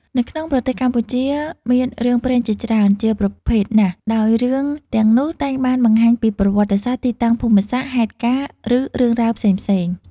នៅក្នុងប្រទេសកម្ពុជា មានរឿងព្រេងជាច្រើនជាប្រភេទណាស់ ដោយរឿងទាំងនោះតែងបានបង្ហាញពី ប្រវត្តិសាស្រ្ដ ទីតាំងភូមិសាស្រ្ដ ហេតុការណ៍ ឬរឿងរ៉ាវផ្សេងៗ។